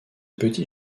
petit